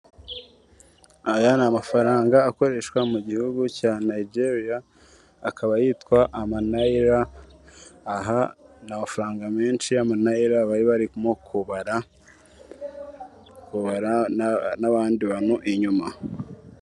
Aya ni amafaranga akoreshwa mu gihugu cya Nayigeriya akaba yitwa amanayila, aha ni amafaranga menshi y'amanayila bari barimo kubara, kubara n'abandi bantu inyuma.